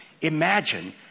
imagine